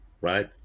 Right